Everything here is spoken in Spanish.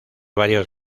varios